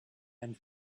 and